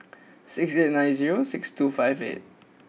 six eight nine zero six two five eight